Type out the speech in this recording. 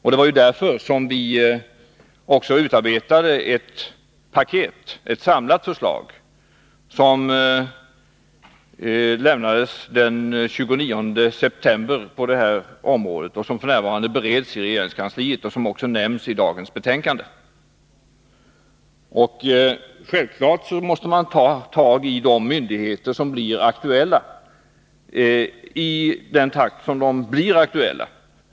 Det var därför vi utarbetade ett paket, ett samlat förslag på detta område, som avlämnades den 29 september 1982. Det bereds f. n. i regeringskansliet, och det nämns också i det betänkande vi nu behandlar. Självfallet måste man ta tag i de myndigheter som blir aktuella i den takt de blir det.